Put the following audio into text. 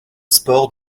sport